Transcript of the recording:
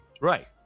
right